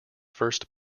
first